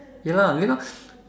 ya lah because